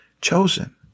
chosen